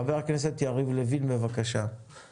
חבר הכנסת יריב לוין, בבקשה.